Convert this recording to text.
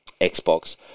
Xbox